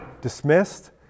Dismissed